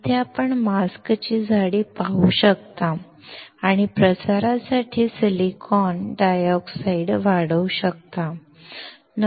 येथे आपण मास्क ची जाडी पाहू शकता आणि प्रसारासाठी सिलिकॉन डायऑक्साइड वाढवू शकता